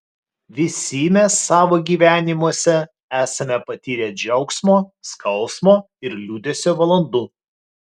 visi mes savo gyvenimuose esame patyrę džiaugsmo skausmo ir liūdesio valandų